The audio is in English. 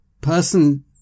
person